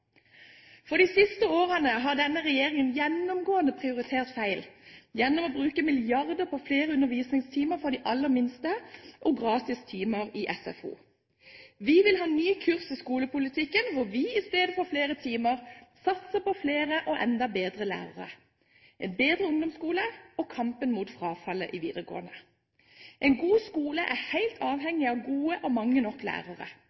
For de siste årene har denne regjeringen gjennomgående prioritert feil gjennom å bruke milliarder på flere undervisningstimer for de aller minste og gratis timer i SFO. Vi vil ha en ny kurs i skolepolitikken, hvor vi i stedet for flere timer satser på flere og enda bedre lærere, en bedre ungdomsskole og kampen mot frafallet i videregående. En god skole er helt avhengig av gode og mange nok lærere.